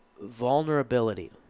vulnerability